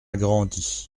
grandi